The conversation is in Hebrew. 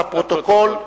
לפרוטוקול.